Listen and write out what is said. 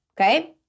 Okay